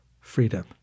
freedom